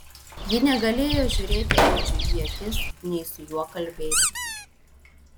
ji negalėjo žiūrėti edžiui į akis nei su juo kalbėti